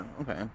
Okay